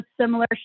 similar